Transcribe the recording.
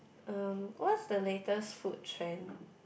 um what's the latest food chain